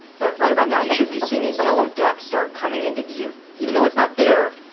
but right about now you should be seeing a yellow duck start coming into view, even though it's not there,